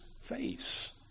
face